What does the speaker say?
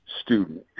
student